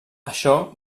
això